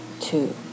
two